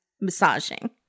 massaging